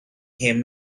him